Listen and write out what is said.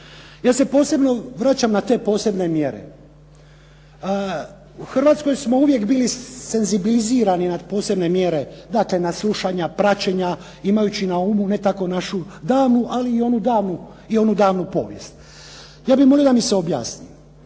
Ja se posebno vraćam na te posebne mjere. U Hrvatskoj smo uvijek bili senzibilizirani na posebne mjere, dakle na slušanja, praćenja, imajući na umu ne tako našu davnu, ali i onu davnu povijest. Ja bih molio da mi se objasni